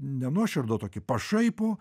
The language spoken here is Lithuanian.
ne nuoširdų o tokį pašaipų